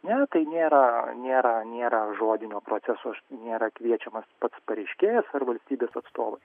na tai nėra nėra nėra žodinio proceso nėra kviečiamas pats pareiškėjas ar valstybės atstovas